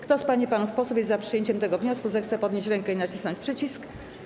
Kto z pań i panów posłów jest za przyjęciem tego wniosku, zechce podnieść rękę i nacisnąć przycisk.